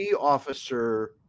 officer